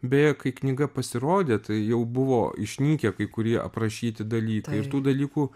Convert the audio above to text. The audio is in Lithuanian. beje kai knyga pasirodė tai jau buvo išnykę kai kurie aprašyti dalykai ir tų dalykų